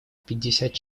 пятьдесят